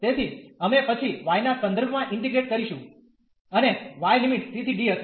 તેથી અમે પછી y ના સંદર્ભમાં ઇન્ટીગ્રેટ કરીશું અને y લિમિટ c ¿d હશે